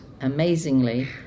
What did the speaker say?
amazingly